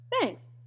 Thanks